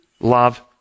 Love